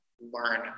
learn